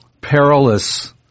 perilous